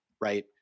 right